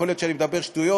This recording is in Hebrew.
יכול להיות שאני מדבר שטויות,